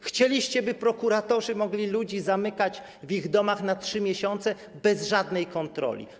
Chcieliście, by prokuratorzy mogli ludzi zamykać w ich domach na 3 miesiące bez żadnej kontroli.